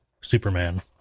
Superman